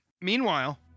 Meanwhile